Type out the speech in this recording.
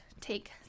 take